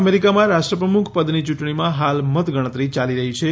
અમેરિકામાં રાષ્ટ્રપ્રમુખ પદની ચૂંટણીમાં હાલ મતગણતરી ચાલી રહી છે